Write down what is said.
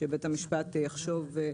שבית המשפט יחשוב.